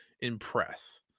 impress